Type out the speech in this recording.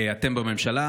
אתם בממשלה,